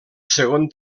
segon